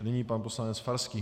Nyní pan poslanec Farský.